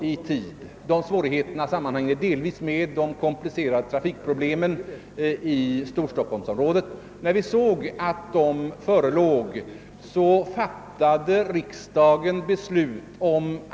i tid, vilka delvis sammanhänger .med de; komplicerade trafikproblemen ' i Storstockholmsområdet, fattade riksdagen beslut om.